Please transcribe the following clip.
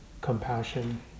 compassion